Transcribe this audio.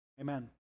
Amen